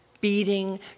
beating